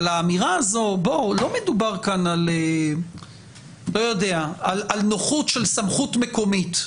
אבל לא מדובר כאן על נוחות של סמכות מקומית,